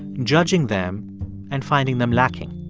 judging them and finding them lacking.